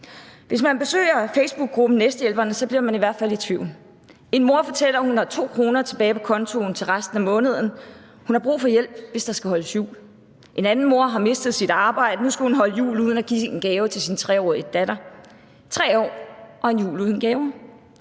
Hvis man besøger facebookgruppen Næstehjælperne, bliver man i hvert fald i tvivl. En mor fortæller, at hun har 2 kr. tilbage på kontoen til resten af måneden. Hun har brug for hjælp, hvis der skal holdes jul. En anden mor har mistet sit arbejde, og nu skal hun holde jul uden at give en gave til sin 3-årige datter – 3 år og en jul uden gaver.